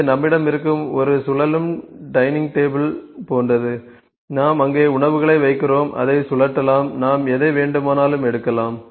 இது நம்மிடம் இருக்கும் ஒரு சுழலும் டைனிங் டேபிள் போன்றது நாம் அங்கே உணவுகளை வைக்கிறோம் அதை சுழற்றலாம் நாம் எதை வேண்டுமானாலும் எடுக்கலாம்